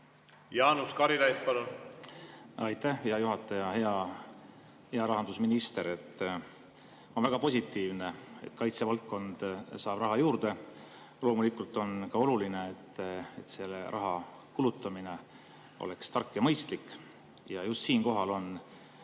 Jaanus Karilaid, palun! Aitäh, hea juhataja! Hea rahandusminister! On väga positiivne, et kaitsevaldkond saab raha juurde. Loomulikult on ka oluline, et selle raha kulutamine oleks tark ja mõistlik. Ja just siinkohal on